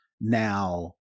Now